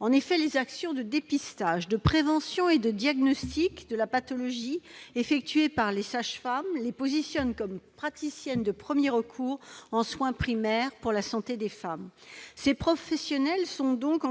En effet, les actions de dépistage, de prévention et de diagnostic des pathologies effectuées par les sages-femmes font d'elles des praticiennes de premier recours en soins primaires pour la santé des femmes. Ces professionnelles sont donc